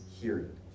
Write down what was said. hearing